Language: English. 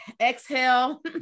exhale